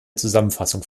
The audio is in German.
zusammenfassung